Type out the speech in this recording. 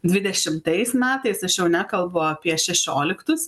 dvidešimtais metais aš jau nekalbu apie šešioliktus